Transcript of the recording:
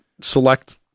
select